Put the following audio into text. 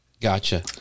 gotcha